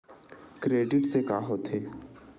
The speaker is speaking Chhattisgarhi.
क्रेडिट से का होथे?